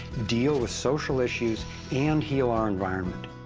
deal with social issues and heal our environment.